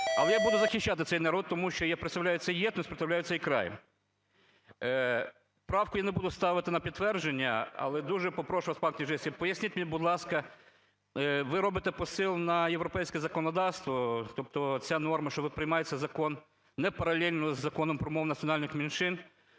Але я буду захищати цей народ, тому що я представляю цю єдність, я представляю цей край. Правку я не буду ставити на підтвердження. Але дуже попрошу вас, панКняжицький, поясніть мені, будь ласка, ви робити посил на європейське законодавство? Тобто ця норма, що приймається закон не паралельно з Законом про мову національних меншин,